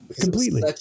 Completely